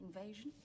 invasion